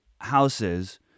houses